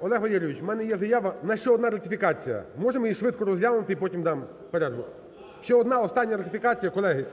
Олег Валерійович, у мене є заява… У нас ще одна ратифікація, можемо її швидко розглянути і потім там перерву? Ще одна остання ратифікація, колеги.